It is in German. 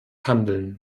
handeln